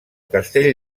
castell